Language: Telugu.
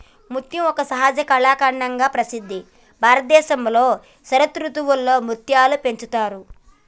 ముత్యం ఒక సహజ కళాఖండంగా ప్రసిద్ధి భారతదేశంలో శరదృతువులో ముత్యాలు పెంచుతారు